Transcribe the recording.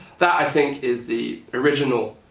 that i think is the original